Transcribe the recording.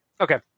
Okay